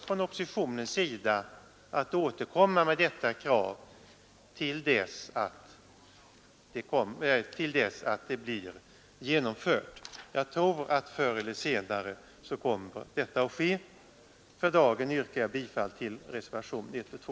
Från oppositionens sida ämnar vi återkomma med detta krav till dess att det blir genomfört. Förr eller senare tror jag att detta kommer att ske. Herr talman! För dagen yrkar jag bifall till reservationerna 1 och 2.